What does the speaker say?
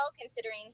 considering